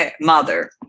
mother